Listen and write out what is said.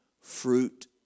Fruit